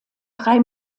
drei